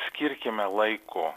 skirkime laiko